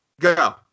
Go